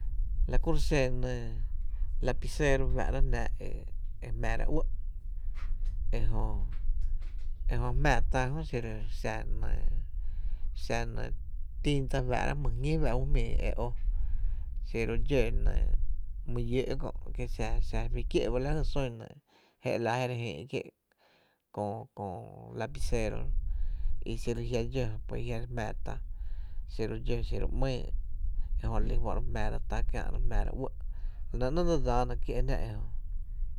La kuro’ xen nɇɇ lapicero fá’rá’ jnáá’ e jmⱥⱥrá’ uɇ’ ejö ejö jmⱥⱥ tá jö jmⱥⱥ tá jö xiro’ xa nɇɇ xaa nɇɇ tinta fáá’ra’ jmyy’ jñí fáá’ra’ e ó xiro dxó my lló’ kö’ ki xa xa fi kié’ ba je re ‘la je re jïï’ kié’ köö köö lapicero i xiro e jia’ dxó pues jia’ re jmⱥⱥ tá xiro’ dxó xiro ‘mýy, ejö re li fó’ re jmⱥⱥra ta, re jmⱥⱥra uɇ’ la nɇ ‘nɇɇ’ dse dsáána jná kié’ ejö.